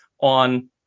on